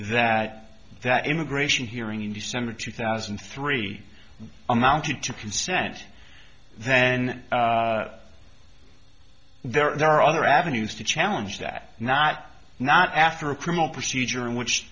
that that immigration hearing in december two thousand and three amounted to consent then there are other avenues to challenge that not not after a criminal procedure in which